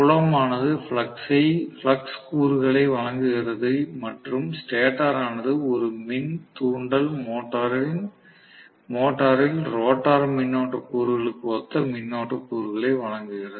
புலம் ஆனது ஃப்ளக்ஸ் கூறுகளை வழங்குகிறது மற்றும் ஸ்டேட்டர் ஆனது ஒரு மின் தூண்டல் மோட்டரில் ரோட்டார் மின்னோட்ட கூறுகளுக்கு ஒத்த மின்னோட்ட கூறுகளை வழங்குகிறது